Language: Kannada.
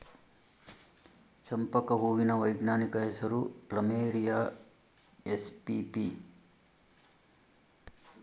ಚಂಪಕ ಹೂವಿನ ವೈಜ್ಞಾನಿಕ ಹೆಸರು ಪ್ಲಮೇರಿಯ ಎಸ್ಪಿಪಿ